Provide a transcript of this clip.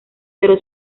pero